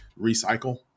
recycle